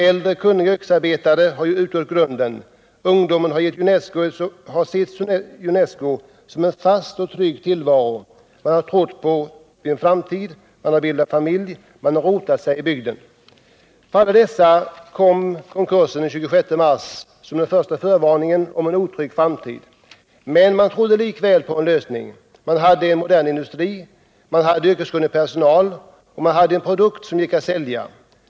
Äldre kunniga yrkesarbetare har utgjort grunden, och ungdomen har sett Junesco som ett fast och tryggt underlag för sin tillvaro. De har trott på en framtid, bildat familj och rotat sig i bygden. För alla dessa anställda blev konkursen den 26 mars den första förvarningen om en otrygg framtid, men man trodde likväl på en lösning. Man hade en modern industri, en yrkeskunnig personal och en produkt som gick att sälja.